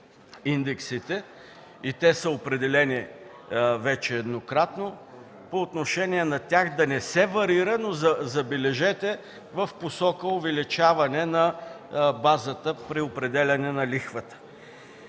индексите и вече са определени еднократно, по отношение на тях да не се варира, забележете, в посока увеличаване на базата при определяне на лихвата.